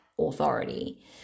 authority